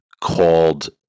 called